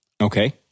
Okay